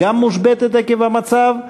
וגם היא מושבתת עקב המצב,